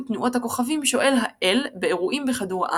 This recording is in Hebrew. תנועות הכוכבים שולט האל באירועים בכדור הארץ.